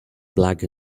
black